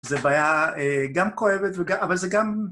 זה בעיה גם כואבת, אבל זה גם...